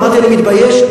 אמרתי: אני מתבייש,